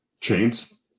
chains